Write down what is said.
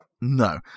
no